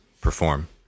perform